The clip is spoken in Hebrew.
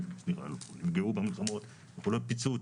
פיצו אותם.